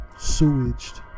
sewaged